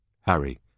Harry